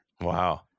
Wow